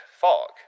fog